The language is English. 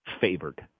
favored